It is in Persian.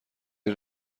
این